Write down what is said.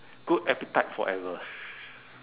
good appetite forever